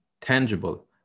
tangible